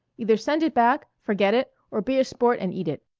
either send it back, forget it, or be a sport and eat it.